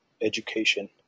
education